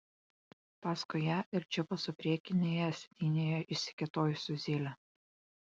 paskui ją ir džipas su priekinėje sėdynėje išsikėtojusiu zyle